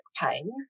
pains